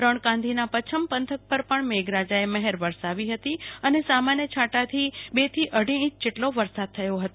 રણકાંધીના પચ્છમ પંથક પર પણ મેઘરાજએ મહેર વર્સાવી હતી અને સામાન્ય છાંટાથી બેથી અઢી ઈંચ જેટલો વરસાદ થયો હતો